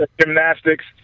gymnastics